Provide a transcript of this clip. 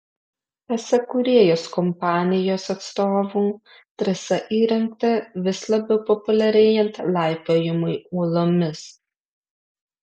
pasak kūrėjos kompanijos atstovų trasa įrengta vis labiau populiarėjant laipiojimui uolomis